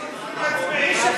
13, מצביעים.